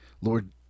lord